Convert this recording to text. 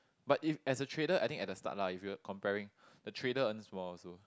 but if as a trader I think at the start lah if you're comparing the trader earns more also